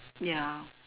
ya